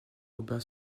aubin